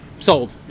Sold